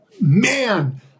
man